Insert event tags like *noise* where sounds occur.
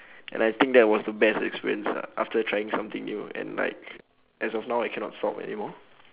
and I think that was the best experience ah after trying something new and like *noise* as of now I cannot stop anymore